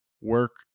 work